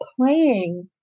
playing